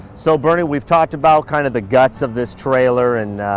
so bernie, we've talked about kind of the guts of this trailer and